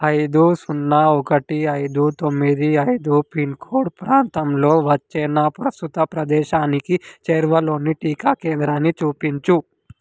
ఐదు సున్నా ఒకటి ఐదు తొమ్మిది ఐదు పిన్ కోడ్ ప్రాంతంలో వచ్చే నా ప్రస్తుత ప్రదేశానికి చేరువలోని టీకా కేంద్రాన్ని చూపించు